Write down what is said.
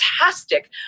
fantastic